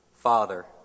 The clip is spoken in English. Father